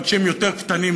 רק שהם יותר קטנים,